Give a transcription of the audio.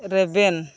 ᱨᱮᱵᱮᱱ